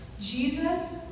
Jesus